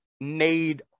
need